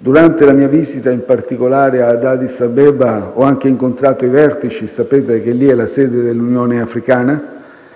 Durante la mia visita, in particolare ad Addis Abeba, ho anche incontrato i vertici dell'Unione africana